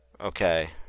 Okay